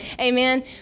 Amen